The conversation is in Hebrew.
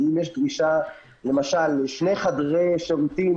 ואם יש גישה לשני חדרי שירותים